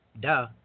Duh